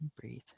Breathe